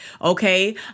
okay